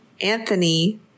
Anthony